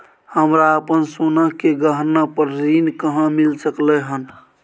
हमरा अपन सोना के गहना पर ऋण कहाॅं मिल सकलय हन?